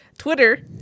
Twitter